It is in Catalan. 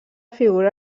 figura